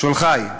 שולחי,